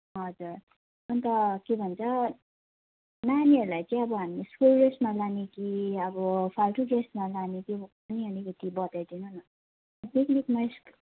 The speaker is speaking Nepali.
हजुर अन्त के भन्छ नानीहरूलाई चाहिँ अब हामी स्कुल ड्रेसमा लाने कि अब फाल्टो ड्रेसमा लाने कि अलिकति बताइदिनु न पिकनिकमा